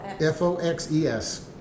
F-O-X-E-S